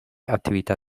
attività